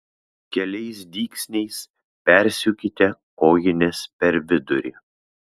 keliais dygsniais persiūkite kojines per vidurį